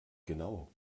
genau